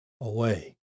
away